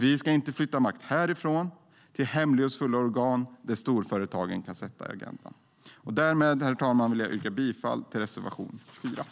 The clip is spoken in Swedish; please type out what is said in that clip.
Vi ska inte flytta makt härifrån till hemlighetsfulla organ där storföretagen kan sätta agendan.